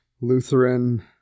lutheran